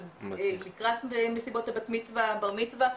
לקראת מסיבות הבת-מצווה ובר-מצווה,